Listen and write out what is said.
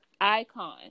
Icon